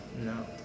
No